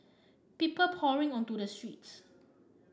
people pouring onto the streets